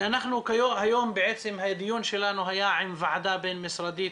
שהיום בעצם הדיון שלנו היה עם ועדה בין משרדית